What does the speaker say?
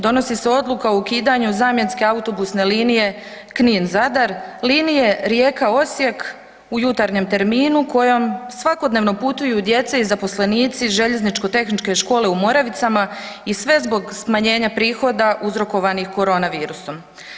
Donosi se odluka o ukidanju zamjenske autobusne linije Knin-Zadar, linije Rijeka- Osijek u jutarnjem terminu kojom svakodnevno putuju djeca i zaposlenici željezničko-tehničke škole u Moravicama i sve zbog smanjenja prihoda uzrokovanih korona virusom.